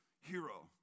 hero